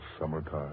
summertime